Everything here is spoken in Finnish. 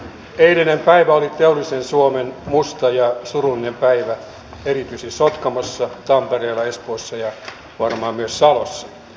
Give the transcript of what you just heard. eilinen päivä oli teollisen suomen musta ja surullinen päivä erityisesti sotkamossa tampereella espoossa ja varmaan myös salossa